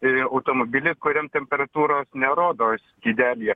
e automobilį kuriam temperatūros nerodo skydelyje